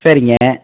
சரிங்க